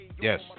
Yes